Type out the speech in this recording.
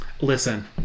Listen